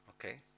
okay